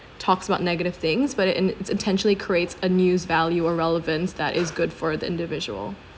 it's intentionally creates a news value of relevance that is good for the individual